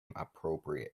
appropriate